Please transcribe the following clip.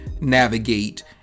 navigate